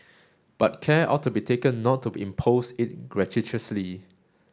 but care ought to be taken not to impose it gratuitously